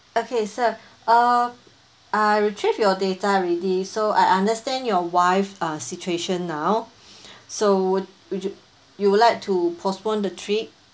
okay sir uh ah we trace your data already so I understand your wife uh situation now so would would you you would like to postpone the trip